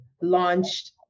launched